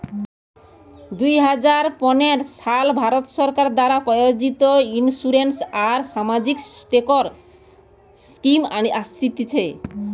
দুই হাজার পনের সালে ভারত সরকার দ্বারা প্রযোজিত ইন্সুরেন্স আর সামাজিক সেক্টর স্কিম আসতিছে